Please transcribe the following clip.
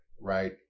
Right